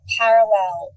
parallel